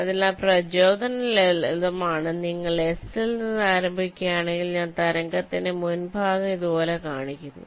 അതിനാൽ പ്രചോദനം ലളിതമാണ് നിങ്ങൾ എസ് ൽ നിന്ന് ആരംഭിക്കുകയാണെങ്കിൽ ഞാൻ തരംഗത്തിന്റെ മുൻഭാഗം ഇതുപോലെ കാണിക്കുന്നു